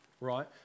right